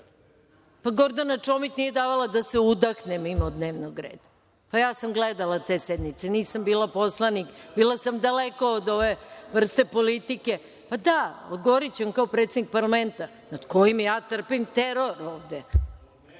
Pa, Gordana Čomić nije davala da se udahne mimo dnevnog reda. Pa, ja sam gledala te sednice. Nisam bila poslanik, bila sam daleko od ove vrste politike. Da, odgovoriću vam kao predsednik parlamenta gde ja trpim teror ovde.